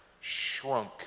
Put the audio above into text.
shrunk